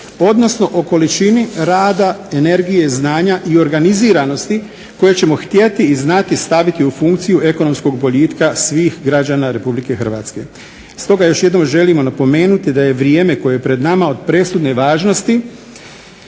odnosno o količini rada, energije, znanja i organiziranosti koje ćemo htjeti i znati staviti u funkciju ekonomskog boljitka svih građana Republike Hrvatske. Stoga još jednom želimo napomenuti da je vrijeme koje je pred nama od presudne važnosti